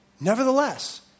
Nevertheless